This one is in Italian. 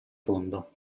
fondo